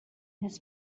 his